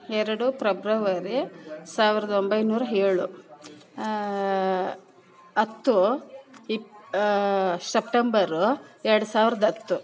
ಎರಡು ಪ್ರೆಬ್ರವರಿ ಸಾವಿರದ ಒಂಬೈನೂರ ಏಳು ಹತ್ತು ಇಪ್ ಸಪ್ಟೆಂಬರು ಎರಡು ಸಾವಿರದ ಹತ್ತು